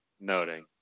noting